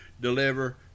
deliver